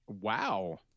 Wow